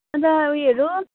अनि त ऊ योहरू